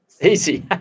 Easy